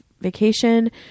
vacation